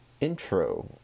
intro